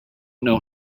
know